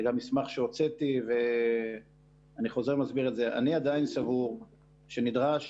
אני עדיין סבור שנדרש